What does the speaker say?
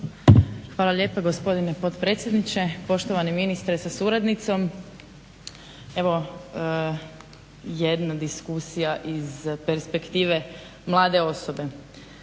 Hvala lijepo gospodine potpredsjedniče, poštovani ministre sa suradnicom. Evo jedna diskusija iz perspektive mlade osobe.